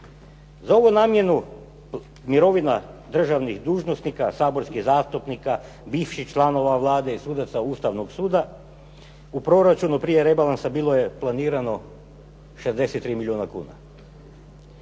Za ovu namjenu mirovina državnih dužnosnika, saborskih zastupnika, bivših članova Vlade i sudaca Ustavnog suda u proračunu prije rebalansa bilo je planirano 63 milijuna kuna.